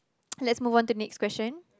let's move on to next question